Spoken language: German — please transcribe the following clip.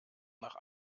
nach